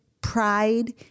pride